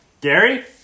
Gary